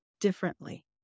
differently